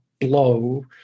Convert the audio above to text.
blow